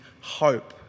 hope